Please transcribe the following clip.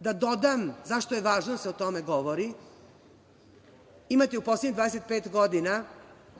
Da dodam, zašto je važno da se o tome govori? Imate u poslednjih 25 godina